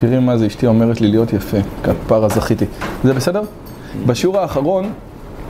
תראי מה זה אשתי אומרת לי להיות יפה, כפרה זכיתי. זה בסדר? בשיעור האחרון...